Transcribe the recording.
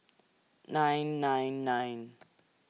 nine nine nine